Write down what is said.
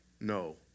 no